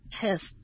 test